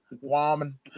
woman